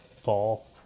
fall